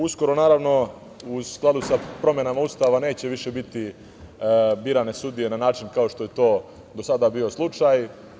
Uskoro, naravno, u skladu sa promenama Ustava, neće više biti birane sudije na način kao što je to do sada bio slučaj.